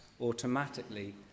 automatically